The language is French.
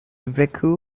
vécut